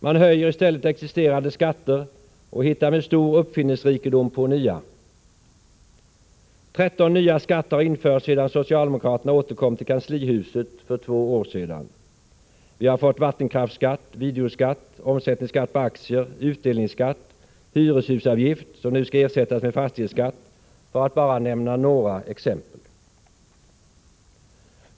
Man höjer i stället redan existerande skatter och hittar med stor uppfinningsrikedom på nya. Tretton nya skatter har införts sedan socialdemokraterna återkom till kanslihuset för två år sedan. Vi har fått vattenkraftsskatt, videoskatt, omsättningsskatt på aktier, utdelningsskatt, hyreshusavgift som nu skall ersättas med fastighetsskatt, för att bara nämna några exempel.